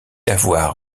avoir